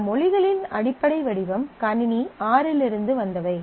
இந்த மொழிகளின் அடிப்படை வடிவம் கணினி R இலிருந்து வந்தவை